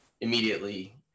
immediately